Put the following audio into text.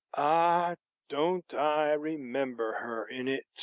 ah don't i remember her in it!